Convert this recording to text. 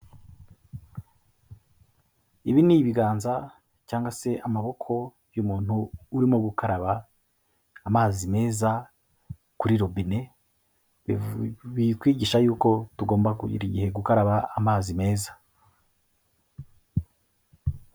Ibi ni ibiganza, cyangwa se amaboko y'umuntu, urimo gukaraba amazi meza kuri rubine, bikwigisha yuko, tugomba kugira igihe gukaraba amazi meza.